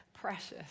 precious